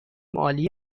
عالی